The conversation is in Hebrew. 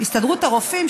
הסתדרות הרופאים,